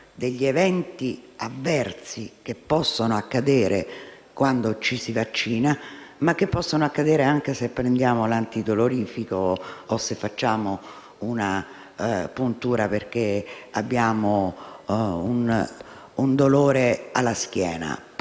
degli eventi avversi che possono accadere quando ci si vaccina, ma che possono accadere anche se prendiamo un antidolorifico o se facciamo una puntura perché abbiamo un dolore alla schiena.